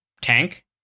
tank